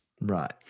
right